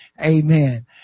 Amen